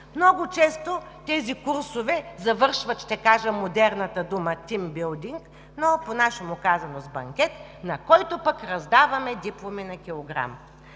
Много често тези курсове завършват – ще кажа модерната дума „тиймбилдинг“, по нашему казано, с банкет, на който пък раздаваме дипломи на килограм.